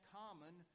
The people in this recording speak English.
common